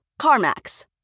CarMax